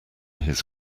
his